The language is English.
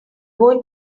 going